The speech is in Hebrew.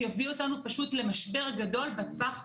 יביאו אותנו פשוט למשבר גדול בטווח הארוך.